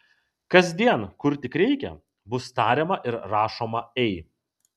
kasdien kur tik reikia bus tariama ir rašoma ei